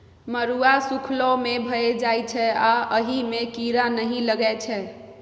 मरुआ सुखलो मे भए जाइ छै आ अहि मे कीरा नहि लगै छै